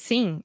Sim